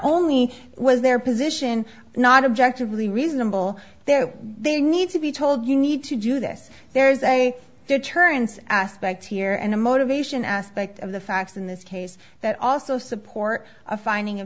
only was their position not objective really reasonable though they need to be told you need to do this there's a deterrence aspect here and a motivation aspect of the facts in this case that also support a finding